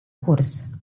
curs